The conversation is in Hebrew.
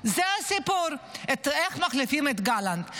זה הסיפור, איך מחליפים את גלנט.